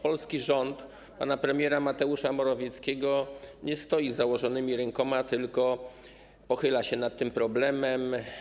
Polski rząd pana premiera Mateusza Morawieckiego nie stoi z założonymi rękoma, tylko pochyla się nad tym problemem.